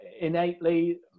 innately